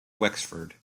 wexford